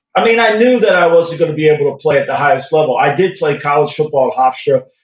i mean, i knew that i wasn't going to be able to play at the highest level. i did play college football option.